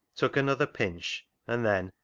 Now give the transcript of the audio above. took another pinch, and then,